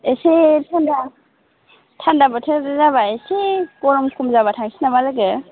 एसे थान्दा थान्दा बोथोर जाबा एसे गरम खम जाबा थांनोसै नामा लोगो